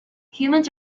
humans